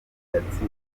yatsindanye